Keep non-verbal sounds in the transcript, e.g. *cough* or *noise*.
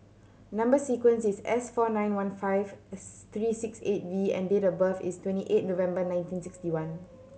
number sequence is S four nine one five *unintelligible* three six eight V and date of birth is twenty eight November nineteen sixty one